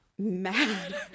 mad